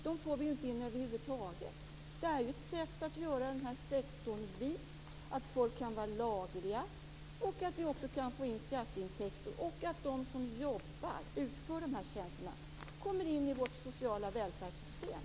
Det här är ett sätt att göra sektorn vit, så att människor kan vara lagliga, att vi kan få in skatteintäkter och att de som utför de här tjänsterna kommer in i vårt sociala välfärdssystem.